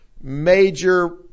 major